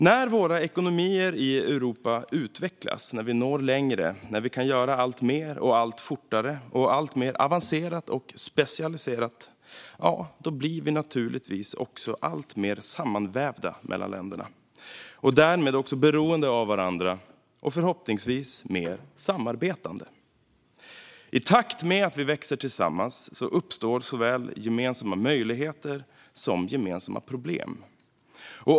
När ekonomierna i Europa utvecklas, när vi når längre och när vi kan göra alltmer och göra det allt fortare och alltmer avancerat och specialiserat blir länderna naturligtvis alltmer sammanvävda. Därmed blir vi också mer beroende av varandra och förhoppningsvis mer samarbetande. I takt med att vi växer tillsammans uppstår såväl gemensamma möjligheter som gemensamma problem.